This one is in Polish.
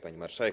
Pani Marszałek!